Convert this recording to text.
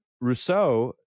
Rousseau